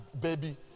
baby